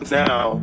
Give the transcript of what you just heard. now